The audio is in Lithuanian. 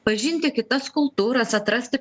pažinti kitas kultūras atrasti